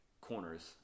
corners